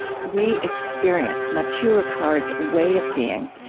we experience matthieu ricard's way of being,